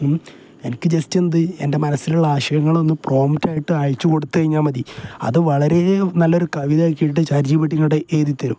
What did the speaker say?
എനിക്ക് ജസ്റ്റ് എന്ത് എൻ്റെ മനസ്സിലുള്ള ആശയങ്ങളൊന്നും പ്രോമ്റ്റായിട്ട് അയച്ചു കൊടുത്തു കഴിഞ്ഞാൽ മതി അത് വളരെ നല്ല ഒരു കവിതയാക്കിയിട്ട് ചാറ്റ് ജി പി ടി ഇങ്ങോട്ട് എഴുതി തരും